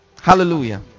Hallelujah